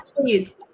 please